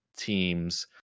teams